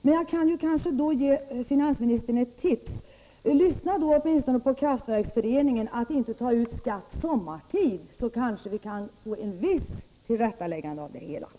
Låt mig i alla fall ge finansministern ett tips: Ta fasta på Kraftverksföreningens uttalande om att man åtminstone inte sommartid bör ta ut skatt! På så sätt kunde vi kanske få till stånd ett visst tillrättaläggande.